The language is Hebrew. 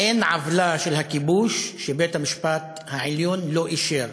אין עוולה של הכיבוש שבית-המשפט העליון לא אישר.